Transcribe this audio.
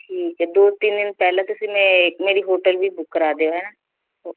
ਠੀਕ ਹੈ ਦੋ ਤਿੰਨ ਦਿਨ ਪਹਿਲਾਂ ਤੁਸੀਂ ਮੇ ਮੇਰੀ ਹੋਟਲ ਵੀ ਬੁੱਕ ਕਰਾ ਦਿਓ ਹੈ ਨਾ